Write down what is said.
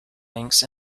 links